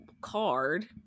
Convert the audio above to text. card